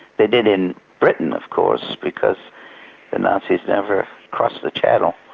they did in britain, of course, because the nazis never crossed the channel.